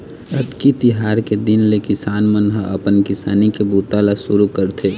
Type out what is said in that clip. अक्ती तिहार के दिन ले किसान मन ह अपन किसानी के बूता ल सुरू करथे